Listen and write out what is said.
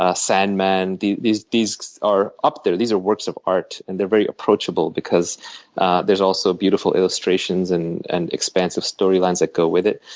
ah sandman, these these are up there. these are works of art and they're very approachable because there are also beautiful illustrations and and expansive storylines that go with it.